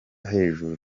hejuru